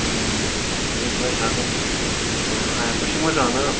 देह बायनो हागोन अ हायाथ' एसे मोजाङानो